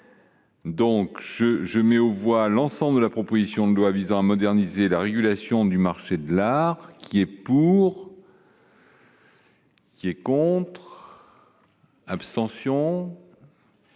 Donc je je mets aux voix l'ensemble de la proposition de loi visant à moderniser la régulation du marché de l'art qui est pour. Qui est contre, abstention.